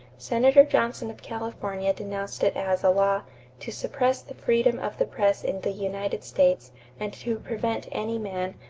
senator johnson of california denounced it as a law to suppress the freedom of the press in the united states and to prevent any man,